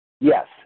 Yes